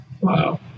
Wow